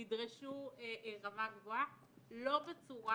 תדרשו רמה גבוהה לא בצורה